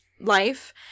Life